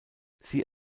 sie